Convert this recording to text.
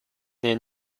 near